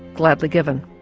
gladly given,